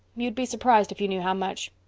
you'd be surprised if you knew how much.